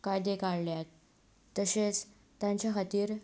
कायदे काडल्यात तशेंच तांच्या खातीर